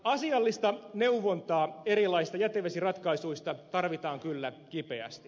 asiallista neuvontaa erilaisista jätevesiratkaisuista tarvitaan kyllä kipeästi